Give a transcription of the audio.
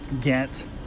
get